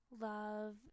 love